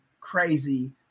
crazy